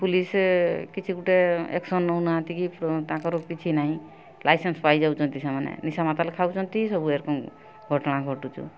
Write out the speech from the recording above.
police କିଛି ଗୋଟେ action ନେଉ ନାହାନ୍ତି କି ତାଙ୍କର କିଛି ନାହିଁ ଲାଇସେନ୍ସ୍ ପାଇଯାଉଛନ୍ତି ସେମାନେ ନିଶା ମାତାଲ ଖାଉଛନ୍ତି ସବୁ ଏ ରକମ ଘଟଣା ଘଟୁଛୁ